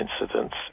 incidents